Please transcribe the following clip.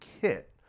kit